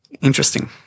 interesting